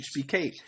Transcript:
HBK